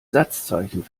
satzzeichen